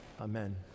amen